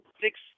Six